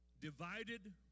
Divided